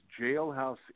jailhouse